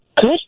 Good